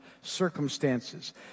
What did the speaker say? circumstances